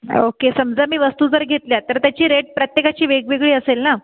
okay समजा मी वस्तू जर घेतल्या तर त्याची रेट प्रत्येकाची वेगवेगळी असेल ना